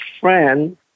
friend